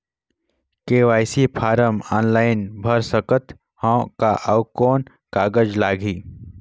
KYC form online भर सकत हवं का? अउ कौन कागज लगही?